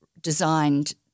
designed